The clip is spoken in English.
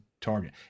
Target